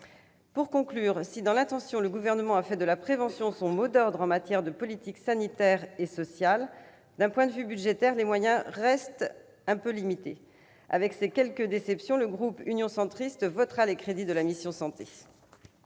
Pour conclure, si, dans l'intention, le Gouvernement a fait de la prévention son mot d'ordre en matière de politique sanitaire et sociale, d'un point de vue budgétaire, les moyens restent un peu limités. Ces quelques déceptions exprimées, le groupe Union Centriste votera les crédits de la mission « Santé